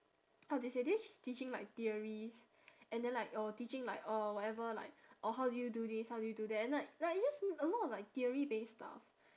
how do you say they're just teaching like theories and then like oh teaching like uh whatever like or how do you do this how do you do that and like like it's just a lot of like theory based stuff